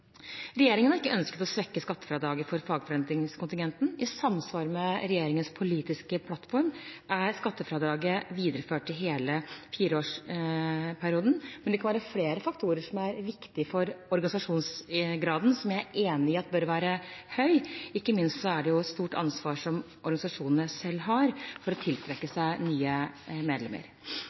samsvar med regjeringens politiske plattform er skattefradraget videreført i hele fireårsperioden. Men det kan være flere faktorer som er viktig for organisasjonsgraden, som jeg er enig i at bør være høy – ikke minst er det et stort ansvar som organisasjonene selv har for å tiltrekke seg nye medlemmer.